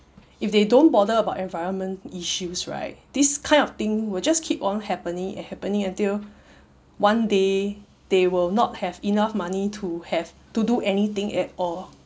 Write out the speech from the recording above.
if they don't bother about environment issues right this kind of thing will just keep on happening and happening until one day they will not have enough money to have to do anything at all